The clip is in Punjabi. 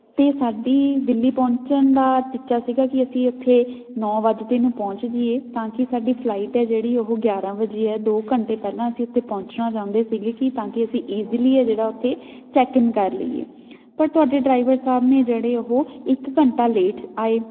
ਅਤੇ ਸਾਡੀ ਦਿੱਲੀ ਪਹੁੰਚਣ ਦਾ ਟੀਚਾ ਸੀਗਾ ਕਿ ਅਸੀਂ ਉੱਥੇ ਨੌ ਵੱਜ ਦੇ ਨੂੰ ਪਹੁੰਚ ਜਾਈਏ ਤਾਂ ਕਿ ਸਾਡੀ ਫਲਾਈਟ ਹੈ ਜਿਹੜੀ ਉਹ ਗਿਆਰਾਂ ਵਜੇ ਹੈ ਦੋ ਘੰਟੇ ਪਹਿਲਾਂ ਅਸੀਂ ਉੱਥੇ ਪਹੁੰਚਣਾ ਚਾਹੁੰਦੇ ਸੀਗੇ ਕਿ ਤਾਂ ਕਿ ਅਸੀਂ ਇਜ਼ੀਲੀ ਹੈ ਜਿਹੜਾ ਉੱਥੇ ਚੈੱਕਇਨ ਕਰ ਲਈਏ ਪਰ ਤੁਹਾਡੇ ਡਰਾਈਵਰ ਸਾਹਿਬ ਨੇ ਜਿਹੜੇ ਉਹ ਇੱਕ ਘੰਟਾ ਲੇਟ ਆਏ